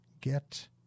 Get